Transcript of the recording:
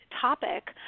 topic